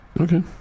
Okay